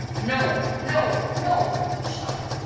no, no, no, he shouted,